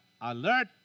Alert